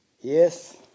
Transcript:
Yes